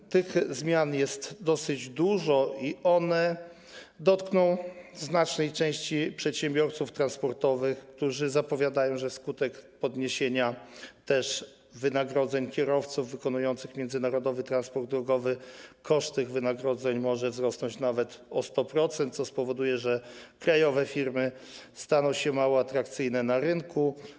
A zatem zmian jest dosyć dużo i dotkną one w znacznej części przedsiębiorców transportowych, którzy zapowiadają, że wskutek podwyższenia wynagrodzeń kierowców wykonujących międzynarodowy transport drogowy koszt tych wynagrodzeń może wzrosnąć nawet o 100%, co spowoduje, że krajowe firmy staną się mało atrakcyjne na rynku.